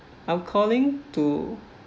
I'm calling to